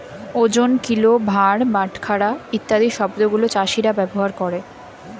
ওজন, কিলো, ভার, বাটখারা ইত্যাদি শব্দ গুলো চাষীরা ব্যবহার করে